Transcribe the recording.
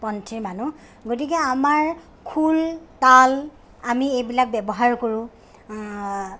পন্থীৰ মানুহ গতিকে আমাৰ খোল তাল আমি এইবিলাক ব্যৱহাৰ কৰোঁ